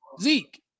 Zeke